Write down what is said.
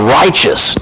righteous